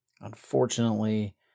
Unfortunately